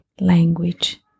language